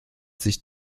sich